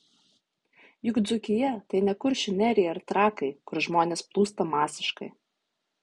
juk dzūkija tai ne kuršių nerija ar trakai kur žmonės plūsta masiškai